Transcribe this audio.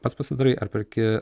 pats pasidarai ar perki